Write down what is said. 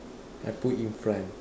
I put in front